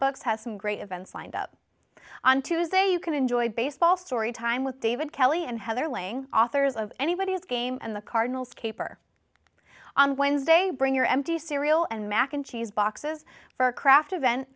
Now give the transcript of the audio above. books has some great events lined up on tuesday you can enjoy baseball story time with david kelly and heather laying authors of anybody's game and the cardinals caper on wednesday bring your empty cereal and mac and cheese boxes for a craft event